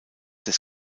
des